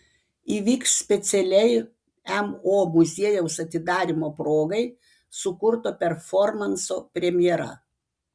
įvyks specialiai mo muziejaus atidarymo progai sukurto performanso premjera